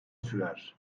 sürer